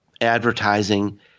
advertising